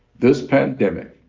this pandemic,